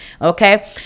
okay